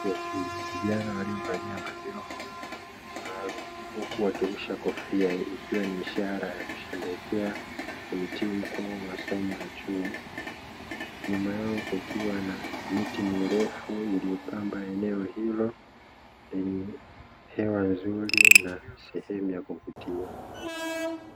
Sehemu ya chuo; vijana waliovalia majoho maalumu, huku wakirusha kofia ikiwa ni ishara ya kusherekea kuhitimu kwao masomo ya chuo, nyuma yao kukiwa na miti mirefu iliyopamba eneo hilo lenye hewa nzuri, na sehemu ya kupitia.